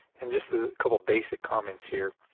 and just a couple of basic comments here.